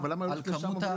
אבל כל שקל חדש שמגויס,